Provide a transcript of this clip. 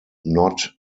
not